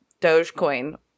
Dogecoin